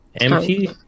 Empty